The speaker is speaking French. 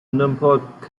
n’importe